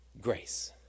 grace